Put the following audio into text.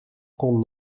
kon